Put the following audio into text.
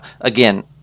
again